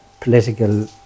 political